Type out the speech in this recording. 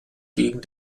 gegen